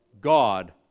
God